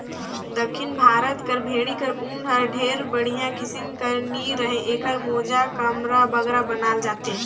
दक्खिन भारत कर भेंड़ी कर ऊन हर ढेर बड़िहा किसिम कर नी रहें एकर मोजा, कमरा बगरा बनाल जाथे